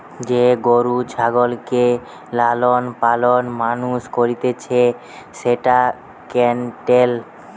যে গরু ছাগলকে লালন পালন মানুষ করতিছে সেটা ক্যাটেল